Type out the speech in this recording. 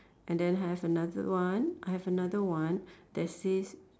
and then I have another one I have another one that says